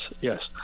yes